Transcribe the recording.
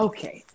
Okay